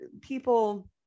people